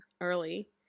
early